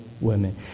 women